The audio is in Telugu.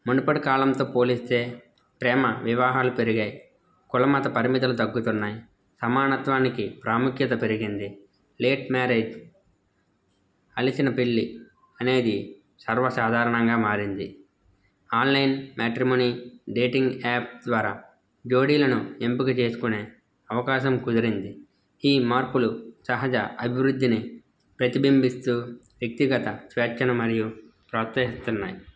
మునుపటి కాలంతో పోలిస్తే ప్రేమ వివాహాలు పెరిగాయి కులమత పరిమితులు తగ్గుతున్నాయి సమానత్వానికి ప్రాముఖ్యత పెరిగింది లేట్ మ్యారేజ్ అలిసిన పెళ్ళి అనేది సర్వసాధారణంగా మారింది ఆన్లైన్ మ్యాట్రీమొనీ డేటింగ్ యాప్ ద్వారా జోడీలను ఎంపిక చేసుకునే అవకాశం కుదిరింది ఈ మార్పులు సహజ అభివృద్ధిని ప్రతిబింబిస్తూ వ్యక్తిగత స్వేచ్ఛను మరియు ప్రోత్సహిస్తున్నాయి